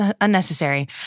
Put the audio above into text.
unnecessary